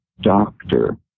doctor